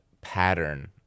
pattern